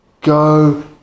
go